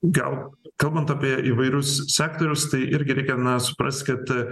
gal kalbant apie įvairius sektorius tai irgi reikia na suprast kad